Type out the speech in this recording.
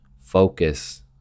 focus